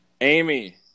Amy